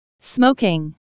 Smoking